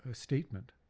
ah statement.